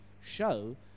show